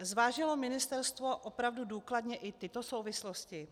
Zvážilo ministerstvo opravdu důkladně i tyto souvislosti?